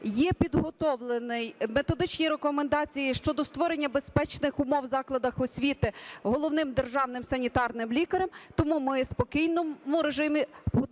Є підготовлені методичні рекомендації щодо створення безпечних умов в закладах освіти Головним державним санітарним лікарем, тому ми в спокійному режимі готуємося